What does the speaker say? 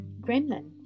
gremlin